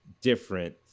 different